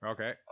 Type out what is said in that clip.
Okay